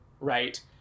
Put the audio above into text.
right